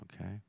Okay